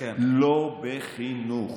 לא בחינוך.